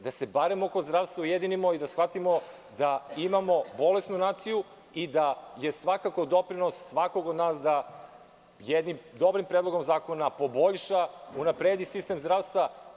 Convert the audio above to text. Da se barem oko zdravstva ujedinimo i da shvatimo da imamo bolesnu naciju i da je svakako doprinos svakog od nas da jednim dobrim predlogom zakona poboljša, unapredi sistem zdravstva.